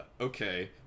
okay